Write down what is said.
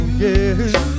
yes